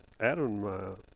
Adam